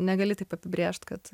negali taip apibrėžt kad